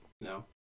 no